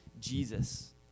Jesus